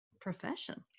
profession